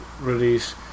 release